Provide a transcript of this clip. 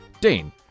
Dane